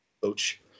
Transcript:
coach